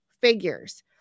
figures